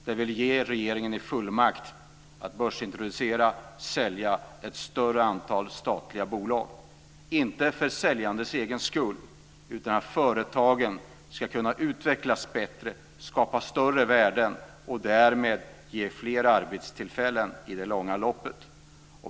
Där ger vi regeringen fullmakt att börsintroducera och sälja ett större antal statliga bolag, inte för säljandets egen skull utan för att företagen ska kunna utvecklas bättre, skapa större värden och därmed ge fler arbetstillfällen i det långa loppet.